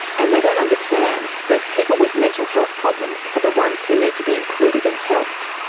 and they don't understand that people with mental health problems are the ones who need to be included and helped.